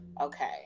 okay